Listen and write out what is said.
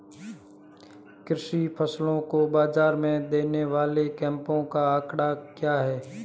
कृषि फसलों को बाज़ार में देने वाले कैंपों का आंकड़ा क्या है?